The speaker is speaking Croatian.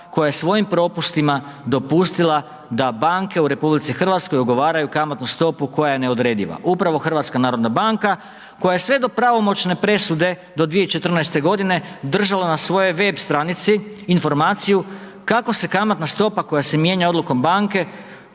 koja je svojim propustima dopustila da banke u RH ugovaraju kamatnu stopu koja je neodrediva, upravo HNB koja je sve do pravomoćne presude do 2014. g. držala na svojoj web stranici informaciju kako se kamatna stopa koja se mijenja odlukom banke,